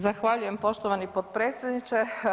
Zahvaljujem poštovani potpredsjedniče.